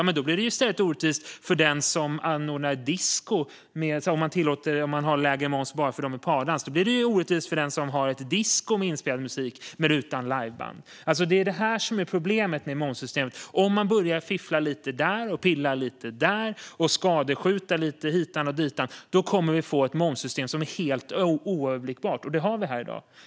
Men om vi ändrar det och tillåter en lägre moms bara för den som ordnar pardans blir det i stället orättvist för den som anordnar disko med inspelad musik men utan liveband. Det är det här som är problemet med momssystemet. Om man börjar fiffla lite här, pilla lite där och skadskjuta lite hitan och ditan kommer vi att få ett momssystem som är helt oöverblickbart. Och det har vi i dag.